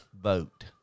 vote